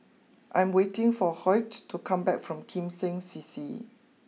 I'm waiting for Hoyt to come back from Kim Seng C C